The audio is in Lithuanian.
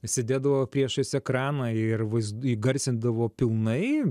sėdėdavo priešais ekraną ir vaizd įgarsindavo pilnai